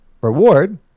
reward